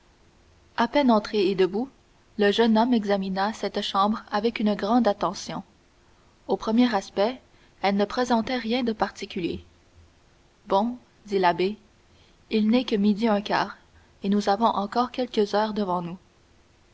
à peine entré et debout le jeune homme examina cette chambre avec grande attention au premier aspect elle ne présentait rien de particulier bon dit l'abbé il n'est que midi un quart et nous avons encore quelques heures devant nous